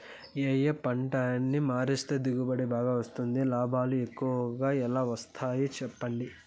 ఏ ఏ పంటలని మారిస్తే దిగుబడి బాగా వస్తుంది, లాభాలు ఎక్కువగా ఎలా వస్తాయి సెప్పండి